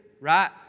right